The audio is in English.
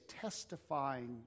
testifying